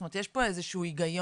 זאת אומרת יש פה איזה שהוא היגיון